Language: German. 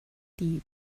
die